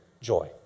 joy